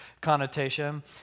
connotation